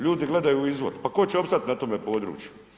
Ljudi gledaju u izvor, pa tko će opstat na tome području.